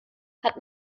hat